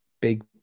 big